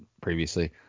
previously